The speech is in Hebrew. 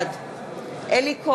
בעד אלי כהן,